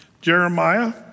Jeremiah